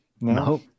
No